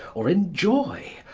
or enjoy,